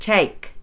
Take